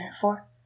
Four